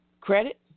credit